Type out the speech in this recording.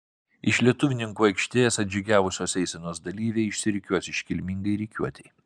iš lietuvininkų aikštės atžygiavusios eisenos dalyviai išsirikiuos iškilmingai rikiuotei